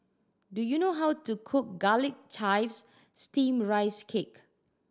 do you know how to cook Garlic Chives Steamed Rice Cake